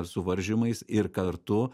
suvaržymais ir kartu